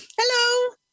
Hello